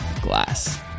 glass